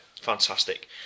fantastic